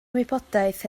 wybodaeth